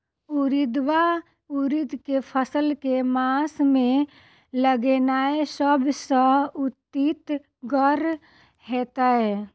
उड़ीद वा उड़द केँ फसल केँ मास मे लगेनाय सब सऽ उकीतगर हेतै?